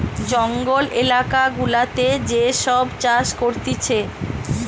জঙ্গল এলাকা গুলাতে যে সব চাষ করতিছে